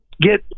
get